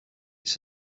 its